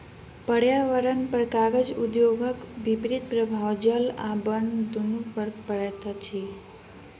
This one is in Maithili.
पर्यावरणपर कागज उद्योगक विपरीत प्रभाव जल आ बन दुनू पर पड़ैत अछि